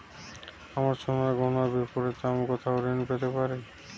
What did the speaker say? আমার সোনার গয়নার বিপরীতে আমি কোথায় ঋণ পেতে পারি?